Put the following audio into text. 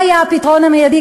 מה היה הפתרון המיידי,